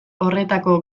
horretako